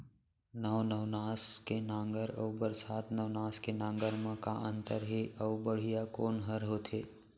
नौ नवनास के नांगर अऊ बरसात नवनास के नांगर मा का अन्तर हे अऊ बढ़िया कोन हर होथे?